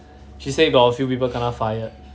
she said got a few people kena fired